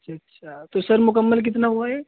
اچھا اچھا تو سر مکمل کتنا ہوا یہ